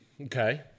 Okay